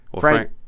Frank